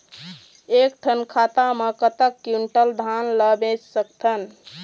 एक ठन खाता मा कतक क्विंटल धान ला बेच सकथन?